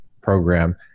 program